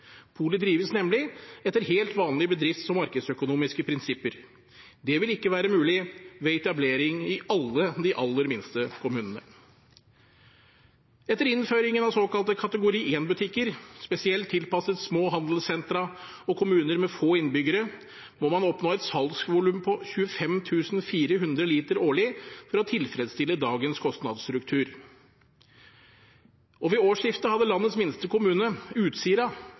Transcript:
Polet drives nemlig etter helt vanlige bedrifts- og markedsøkonomiske prinsipper. Det vil ikke være mulig ved etablering i alle de aller minste kommunene. Etter innføringen av såkalt kategori 1-butikker, spesielt tilpasset små handelssentre og kommuner med få innbyggere, må man oppnå et salgsvolum på 25 400 liter årlig for å tilfredsstille dagens kostnadsstruktur. Ved årsskiftet hadde landets minste kommune, Utsira,